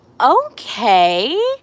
Okay